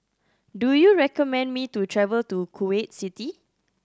do you recommend me to travel to Kuwait City